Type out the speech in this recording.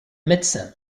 médecin